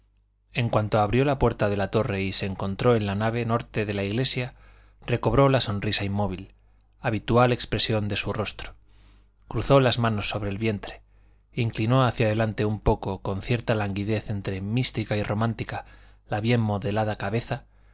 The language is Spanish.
en cuanto abrió la puerta de la torre y se encontró en la nave norte de la iglesia recobró la sonrisa inmóvil habitual expresión de su rostro cruzó las manos sobre el vientre inclinó hacia delante un poco con cierta languidez entre mística y romántica la bien modelada cabeza